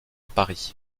paris